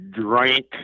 drank